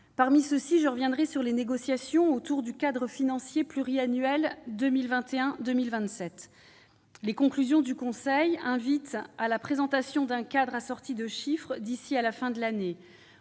Parmi ceux-ci, je reviendrai sur les négociations autour du cadre financier pluriannuel 2021-2027. Les conclusions du Conseil invitent à la présentation d'un cadre assorti de chiffres d'ici à la fin de l'année.